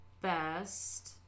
best